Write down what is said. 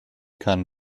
kann